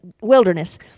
wilderness